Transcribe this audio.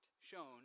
shown